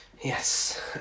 Yes